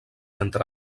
entre